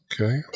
Okay